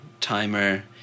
timer